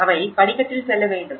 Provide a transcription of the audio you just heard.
அவை படிக்கட்டில் செல்ல வேண்டும்